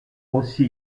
aussi